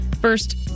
First